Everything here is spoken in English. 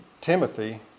Timothy